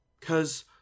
Cause